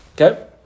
Okay